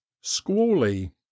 squally